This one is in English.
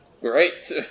Great